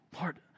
Lord